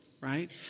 right